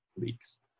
leaks